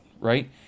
right